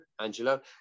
Angelo